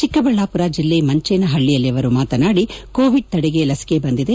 ಚಿಕ್ಕಬಳ್ಯಾಪುರ ಜಿಲ್ಲೆ ಮಂಜೇನಹಳ್ಳಿಯಲ್ಲಿ ಮಾತನಾಡಿ ಕೋವಿಡ್ ತಡೆಗೆ ಲಸಿಕೆ ಬಂದಿದೆ